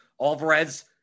Alvarez